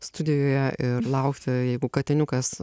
studijoje ir laukti jeigu katiniukas